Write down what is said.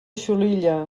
xulilla